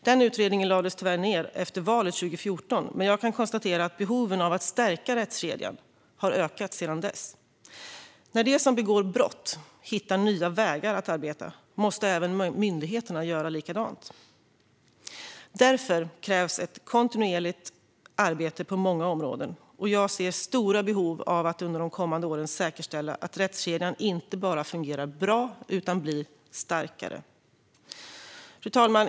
Den utredningen lades tyvärr ned efter valet 2014, men jag kan konstatera att behoven av att stärka rättskedjan har ökat sedan dess. När de som begår brott hittar nya vägar att arbeta måste även myndigheterna göra likadant. Därför krävs ett kontinuerligt arbete på många områden. Jag ser stora behov av att under de kommande åren säkerställa att rättskedjan inte bara fungerar bra utan också blir starkare. Fru talman!